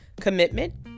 Commitment